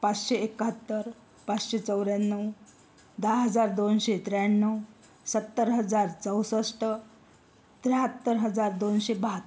पाचशे एकाहत्तर पाचशे चौऱ्याण्णव दहा हजार दोनशे त्र्याण्णव सत्तर हजार चौसष्ट त्र्याहत्तर हजार दोनशे बाहत्तर